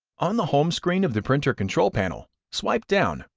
on the home screen of the printer control panel, swipe down,